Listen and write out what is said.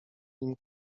nim